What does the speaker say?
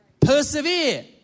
Persevere